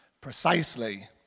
precisely